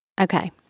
Okay